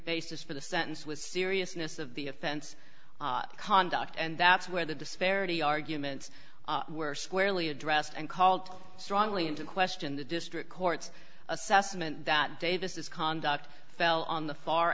basis for the sentence with seriousness of the offense conduct and that's where the disparity arguments were squarely addressed and called strongly into question the district court's assessment that davis is conduct fell on the far